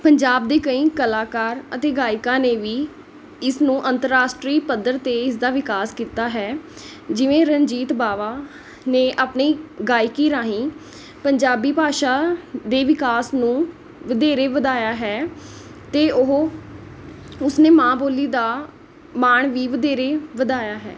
ਪੰਜਾਬ ਦੇ ਕਈ ਕਲਾਕਾਰ ਅਤੇ ਗਾਇਕਾਂ ਨੇ ਵੀ ਇਸਨੂੰ ਅੰਤਰਰਾਸ਼ਟਰੀ ਪੱਧਰ 'ਤੇ ਇਸਦਾ ਵਿਕਾਸ ਕੀਤਾ ਹੈ ਜਿਵੇਂ ਰਣਜੀਤ ਬਾਵਾ ਨੇ ਆਪਣੀ ਗਾਇਕੀ ਰਾਹੀਂ ਪੰਜਾਬੀ ਭਾਸ਼ਾ ਦੇ ਵਿਕਾਸ ਨੂੰ ਵਧੇਰੇ ਵਧਾਇਆ ਹੈ ਅਤੇ ਉਹ ਉਸਨੇ ਮਾਂ ਬੋੋਲੀ ਦਾ ਮਾਣ ਵੀ ਵਧੇਰੇ ਵਧਾਇਆ ਹੈ